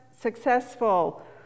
successful